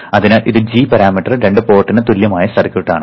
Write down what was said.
അതിനാൽ ഇത് g parameter രണ്ട് പോർട്ടിന് തുല്യമായ സർക്യൂട്ട് ആണ്